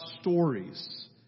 stories